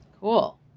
Cool